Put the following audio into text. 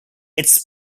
its